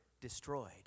destroyed